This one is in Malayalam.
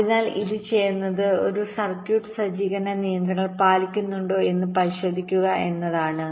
അതിനാൽ ഇത് ചെയ്യുന്നത് ഒരു സർക്യൂട്ട് സജ്ജീകരണ നിയന്ത്രണങ്ങൾ പാലിക്കുന്നുണ്ടോ എന്ന് പരിശോധിക്കുന്നു എന്നതാണ്